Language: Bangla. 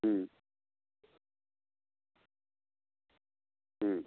হুম হুম